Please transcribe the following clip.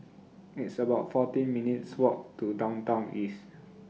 It's about fourteen minutes' Walk to Downtown East